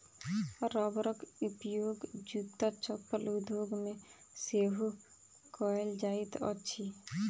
रबरक उपयोग जूत्ता चप्पल उद्योग मे सेहो कएल जाइत अछि